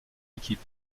équipe